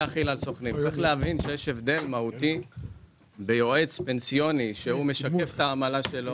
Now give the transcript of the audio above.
צריך להבין יש הבדל מהותי בין יועץ פנסיוני שהוא משקף את העמלה שלו,